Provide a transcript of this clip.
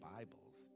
Bibles